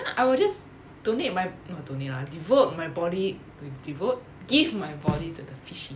I will just donate my not donate lah devote my body with devote give my body to the fishy